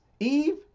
Eve